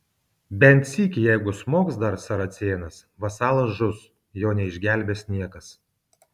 bent sykį jeigu smogs dar saracėnas vasalas žus jo neišgelbės niekas